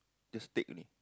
just take only